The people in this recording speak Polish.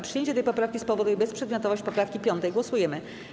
Przyjęcie tej poprawki spowoduje bezprzedmiotowość poprawki 5. Głosujemy.